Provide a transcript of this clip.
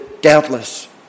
doubtless